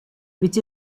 which